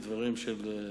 לפי דברי בית-החולים.